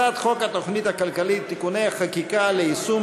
הצעת חוק התוכנית הכלכלית (תיקוני חקיקה ליישום